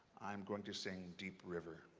i'm going to sing deep river.